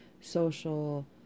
social